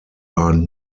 are